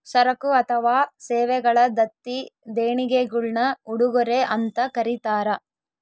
ಸರಕು ಅಥವಾ ಸೇವೆಗಳ ದತ್ತಿ ದೇಣಿಗೆಗುಳ್ನ ಉಡುಗೊರೆ ಅಂತ ಕರೀತಾರ